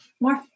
more